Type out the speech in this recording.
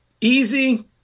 easy